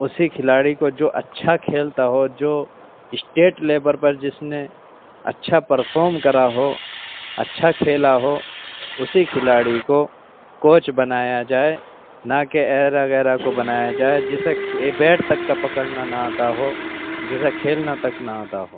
اسی کھلاڑی کو جو اچھا کھیلتا ہو جو اسٹیٹ لیبر پر جس نے اچھا پرفام کرا ہو اچھا کھیلا ہو اسی کھلاڑی کو کوچ بنایا جائے نہ کہ ایرا غیرا کو بنایا جائے جسے بیٹ تک کا پکڑنا نہ آتا ہو جسے کھیلنا تک نہ آتا ہو